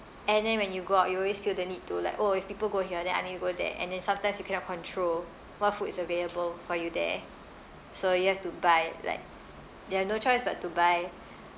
and then when you go up you always feel the need to like oh if people go here then I need to go there and then sometimes you cannot control what food is available for you there so you have to buy like there are no choice but to buy